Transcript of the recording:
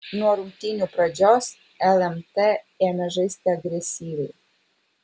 nuo rungtynių pradžios lmt ėmė žaisti agresyviai